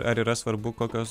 ar yra svarbu kokios